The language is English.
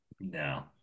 No